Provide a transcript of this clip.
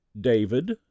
David